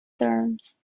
terms